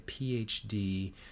PhD